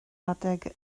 adeg